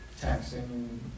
taxing